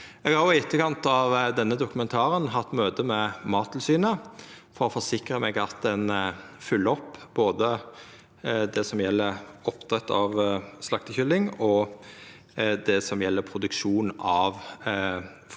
Eg har i etterkant av denne dokumentaren hatt møte med Mattilsynet for å forsikra meg om at ein fylgjer opp både det som gjeld oppdrett av slaktekylling, og det som gjeld produksjon av foreldredyr